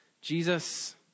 Jesus